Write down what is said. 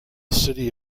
city